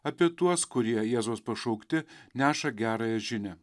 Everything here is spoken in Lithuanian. apie tuos kurie jėzaus pašaukti neša gerąją žinią